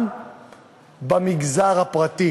גם במגזר הפרטי